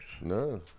No